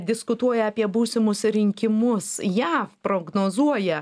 diskutuoja apie būsimus rinkimus jav prognozuoja